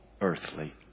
earthly